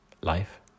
life